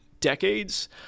decades